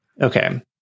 Okay